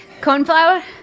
Cornflower